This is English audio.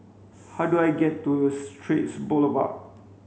how do I get to Straits Boulevard